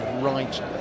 right